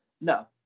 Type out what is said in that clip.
No